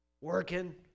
working